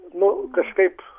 nu kažkaip